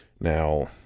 Now